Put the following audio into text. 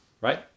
Right